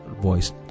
voice